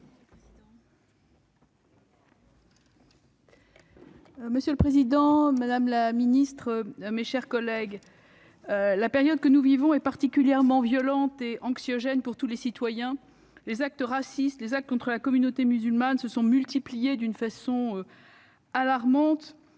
Monsieur le président, madame la ministre, mes chers collègues, la période que nous vivons est particulièrement violente et anxiogène pour tous les citoyens de notre pays. Les actes racistes et les actes dirigés contre la communauté musulmane se sont multipliés de façon alarmante